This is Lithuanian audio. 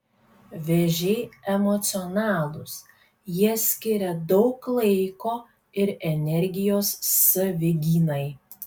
vėžiai emocionalūs jie skiria daug laiko ir energijos savigynai